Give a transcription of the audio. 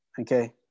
okay